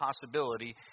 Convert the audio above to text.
possibility